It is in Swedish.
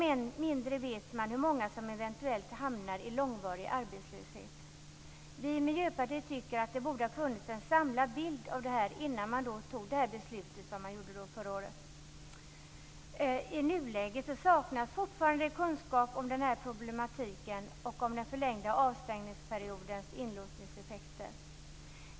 Än mindre vet man hur många som eventuellt hamnar i långvarig arbetslöshet. Vi i Miljöpartiet tycker att det borde ha funnits en samlad bild av detta innan man fattade beslutet förra året. I nuläget saknas fortfarande kunskap om det här problemet och om den förlängda avstängningsperiodens inlåsningseffekter.